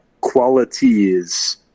qualities